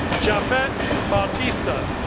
japhet bautista,